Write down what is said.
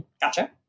Gotcha